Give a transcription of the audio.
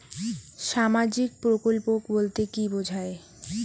সামাজিক প্রকল্প বলতে কি বোঝায়?